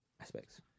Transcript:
aspects